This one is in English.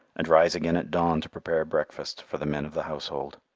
and rise again at dawn to prepare breakfast for the men of the household.